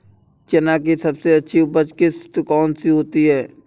चना की सबसे अच्छी उपज किश्त कौन सी होती है?